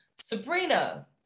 Sabrina